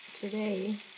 today